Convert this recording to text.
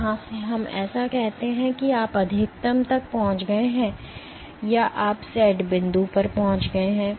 यहां से हम ऐसा कहते हैं और आप अधिकतम तक पहुंच गए हैं या आप सेट बिंदु पर पहुंच गए हैं